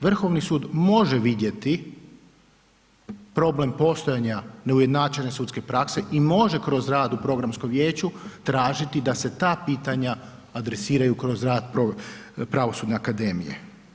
Vrhovni sud može vidjeti problem postojanja neujednačene sudske prakse i može kroz rad u programskom vijeću tražiti da se te pitanja adresiraju kroz rad pravosudne akademije.